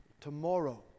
tomorrow